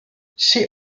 she